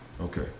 Okay